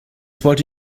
wollte